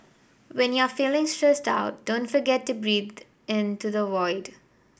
when you are feeling stressed out don't forget to breathe into the void